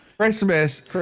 Christmas